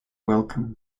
welcome